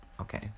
Okay